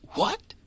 What